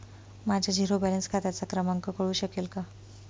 माझ्या zero balance खात्याचा क्रमांक कळू शकेल का?